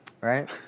Right